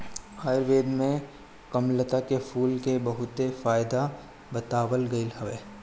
आयुर्वेद में कामलता के फूल के बहुते फायदा बतावल गईल हवे